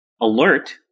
alert